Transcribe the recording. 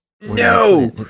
No